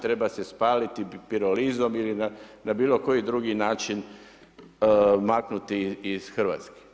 Treba se spaliti pirolizom ili na bilo koji drugi način maknuti iz Hrvatske.